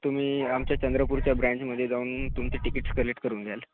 तुम्ही आमच्या चंद्रपूरच्या ब्रँचमध्ये जाऊन तुमचे तिकीट्स कलेक्ट करून घ्याल